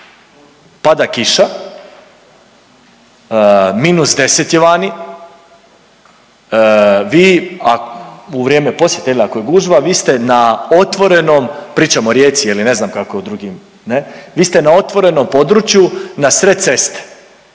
pada kiša, minus 10 je vani, vi u vrijeme posjete jel ako je gužva vi ste na otvorenom, pričam o Rijeci je li ne znam kako je u drugim ne, vi ste